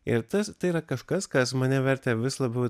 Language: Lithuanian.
ir tas tai yra kažkas kas mane vertė vis labiau